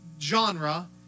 genre